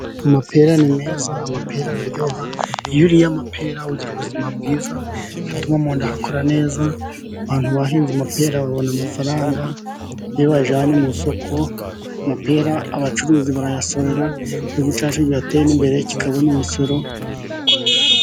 Amapera ni meza, amapera araryoha, iyo uriye amapera ugira ubuzima bwiza, atuma mu nda hakora neza, abantu bahinze amapera babona amafaranga, iyo bayajyanye mu isoko, amapera abacuruzi barayasorera, igihugu cyacu kigatera imbere, kikabona imisoro.